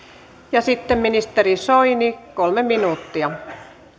ja sitten ministeri soini kolme minuuttia